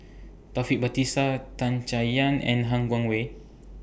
Taufik Batisah Tan Chay Yan and Han Guangwei